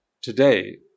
today